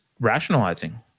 rationalizing